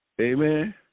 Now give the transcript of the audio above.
Amen